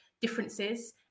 differences